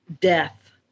death